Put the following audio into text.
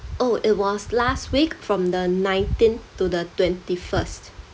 oh it was last week from the nineteenth to the twenty first